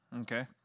Okay